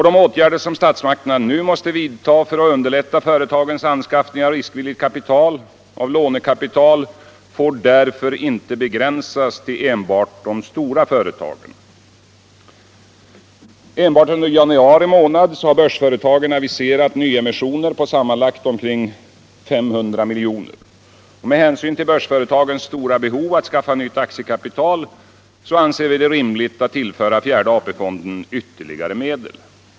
De åtgärder som statsmakterna nu måste vidta för att underlätta företagens anskaffning av riskvilligt kapital och av lånekapital får därför inte begränsas till enbart de stora företagen. Enbart under januari månad har börsföretagen aviserat nyemissioner på sammanlagt omkring 500 miljoner. Med hänsyn till börsföretagens stora behov att skaffa nytt aktiekapital anser vi det rimligt att tillföra fjärde AP-fonden ytterligare medel.